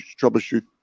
troubleshoot